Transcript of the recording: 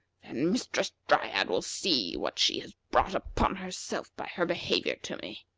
then mistress dryad will see what she has brought upon herself by her behavior to me.